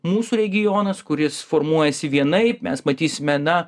mūsų regionas kuris formuojasi vienaip mes matysime na